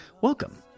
Welcome